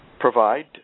provide